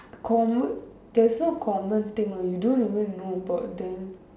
common they're so common thing you don't even know about them